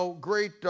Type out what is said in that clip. great